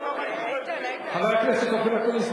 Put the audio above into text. חבר הכנסת אופיר אקוניס,